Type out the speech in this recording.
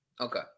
Okay